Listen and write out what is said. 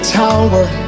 tower